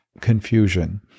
confusion